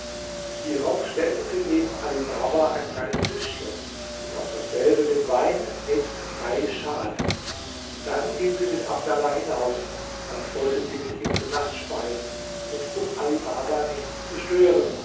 hierauf stellte sie neben ali baba ein kleines tischen und auf dasselbe den wein nebst drei schalen dann ging sie mit abdallah hinaus als wollte sie mit ihm zu nacht speisen und um ali baba nicht zu stören